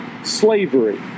Slavery